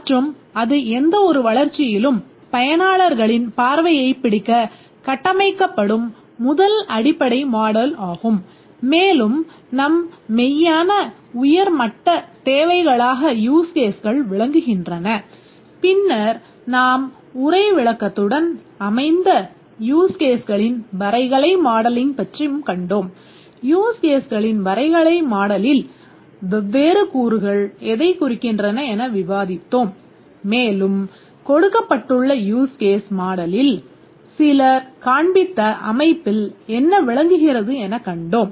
மற்றும் அது எந்த ஒரு வளர்ச்சியிலும் பயனாளர்களின் பார்வையைப் பிடிக்கக் கட்டமைக்கப்படும் முதல் அடிப்படை மாடல் சிலர் காண்பித்த அமைப்பில் என்ன விளங்குகிறது எனக் கண்டோம்